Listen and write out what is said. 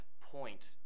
point